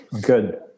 Good